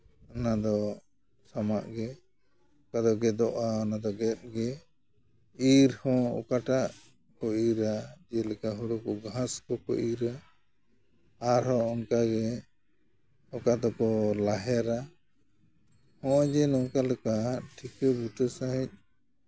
ᱚᱱᱟᱫᱚ ᱥᱟᱢᱟᱜ ᱜᱮ ᱚᱠᱟ ᱫᱚ ᱜᱮᱫᱚᱜᱼᱟ ᱚᱱᱟᱫᱚ ᱜᱮᱫ ᱜᱮ ᱤᱨ ᱦᱚᱸ ᱚᱠᱟᱴᱟᱜ ᱠᱚ ᱤᱨᱟ ᱡᱮᱞᱮᱠᱟ ᱦᱳᱲᱳ ᱠᱚ ᱜᱷᱟᱥ ᱠᱚᱠᱚ ᱤᱨᱟ ᱟᱨᱦᱚᱸ ᱚᱱᱠᱟᱜᱮ ᱚᱠᱟ ᱫᱚᱠᱚ ᱞᱟᱦᱮᱨᱟ ᱱᱚᱜᱼᱚᱭ ᱡᱮ ᱱᱚᱝᱠᱟ ᱞᱮᱠᱟ ᱴᱷᱤᱠᱟᱹ ᱵᱩᱴᱟᱹ ᱥᱟᱺᱦᱤᱡ